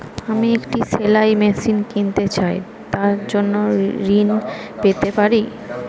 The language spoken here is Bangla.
আমি একটি সেলাই মেশিন কিনতে চাই তার জন্য ঋণ পেতে পারি?